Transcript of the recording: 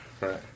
right